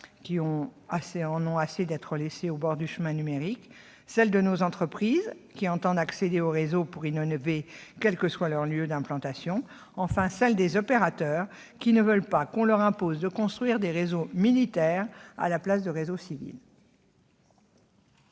qui en ont assez d'être laissés au bord du chemin numérique ; celles de nos entreprises, ensuite, qui entendent accéder aux réseaux pour innover, quel que soit leur lieu d'implantation ; celles des opérateurs, enfin, qui ne veulent pas qu'on leur impose de construire des réseaux militaires à la place des réseaux civils.